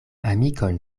amikon